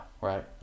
right